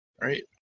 right